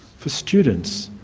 for students,